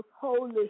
Holy